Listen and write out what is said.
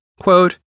Quote